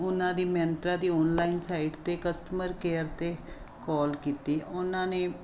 ਉਹਨਾਂ ਦੀ ਮਿਅੰਤਰਾ ਦੀ ਆਨਲਾਈਨ ਸਾਈਟ 'ਤੇ ਕਸਟਮਰ ਕੇਅਰ 'ਤੇ ਕਾਲ ਕੀਤੀ ਉਹਨਾਂ ਨੇ